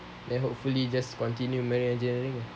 then hopefully just continue marine engineering lah